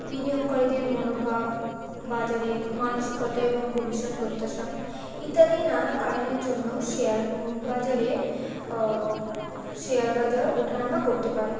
বিনিয়োগকারীদের মনোভাব বাজারের মানসিকতা এবং ভবিষ্যৎ প্রত্যাশা ইত্যাদি নানা কারণের জন্য শেয়ার বাজারের শেয়ার বাজার ওঠা নামা করতে পারে